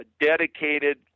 dedicated